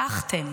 הדחתם